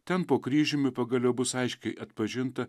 ten po kryžiumi pagaliau bus aiškiai atpažinta